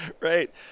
Right